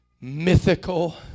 mythical